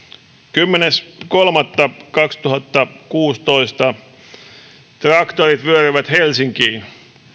kymmenes kolmatta kaksituhattakuusitoista traktorit vyöryivät helsinkiin